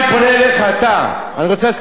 אני רוצה להזכיר לך סיפור שהיה לי אתך.